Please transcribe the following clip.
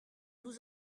nous